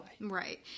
Right